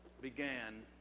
began